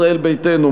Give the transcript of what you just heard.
ישראל ביתנו,